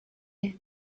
air